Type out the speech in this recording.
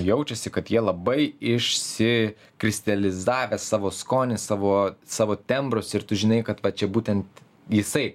jaučiasi kad jie labai išsi kristalizavę savo skonį savo savo tembrus ir tu žinai kad vat čia būtent jisai